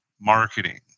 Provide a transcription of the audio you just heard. marketing